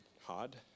hard